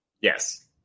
Yes